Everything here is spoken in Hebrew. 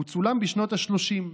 הוא צולם בשנות השלושים.